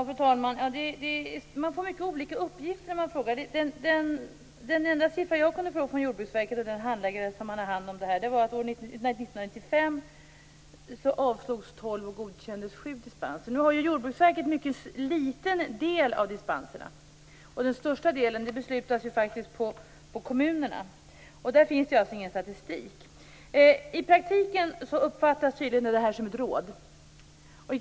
Fru talman! Man får mycket olika uppgifter när man frågar. De enda siffror som jag kunde få av den handläggare på Jordbruksverket som har hand om detta var att år 1995 avslogs 12 dispenser och 7 godkändes. Jordbruksverket har en mycket liten del av dispenserna. Den största delen beslutas faktiskt av kommunerna, och där finns ingen statistik. I praktiken uppfattas Jordbruksverkets förordning tydligen som ett råd.